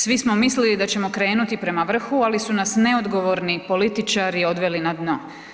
Svi smo mislili da ćemo krenuti prema vrhu, ali su nas neodgovorni političari odveli na dno.